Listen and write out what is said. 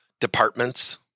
departments